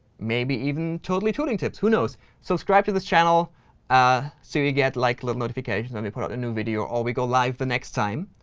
maybe even totally tuning tips, who knows, subscribe to this channel ah so you get like little notifications when we put up a new video or we go live the next time.